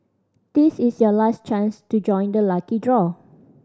this is your last chance to join the lucky draw